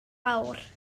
awr